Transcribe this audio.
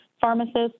pharmacists